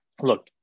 look